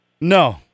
No